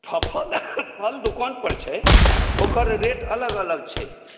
फल दोकान पर छै ओकर रेट अलग अलग छै